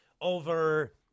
over